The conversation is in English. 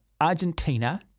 Argentina